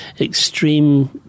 extreme